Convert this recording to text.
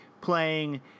playing